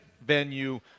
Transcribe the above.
venue